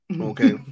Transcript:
Okay